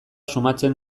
sumatzen